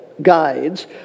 Guides